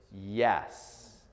yes